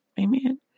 Amen